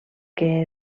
que